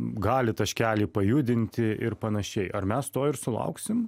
gali taškelį pajudinti ir panašiai ar mes to ir sulauksim